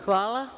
Hvala.